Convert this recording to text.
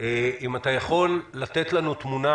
אם אתה יכול לתת לנו תמונה